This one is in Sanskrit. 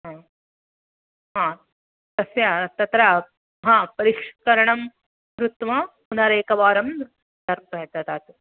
तस्य तत्र परिष्करणं कृत्वा पुनरेकवारं तत् ददातु